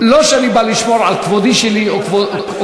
לא שאני בא לשמור על כבודי שלי או כבודך,